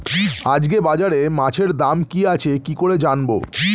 আজকে বাজারে মাছের দাম কি আছে কি করে জানবো?